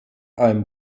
einem